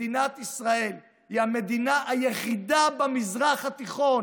מדינת ישראל היא המדינה היחידה במזרח התיכון